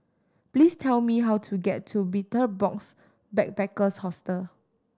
please tell me how to get to Betel Box Backpackers Hostel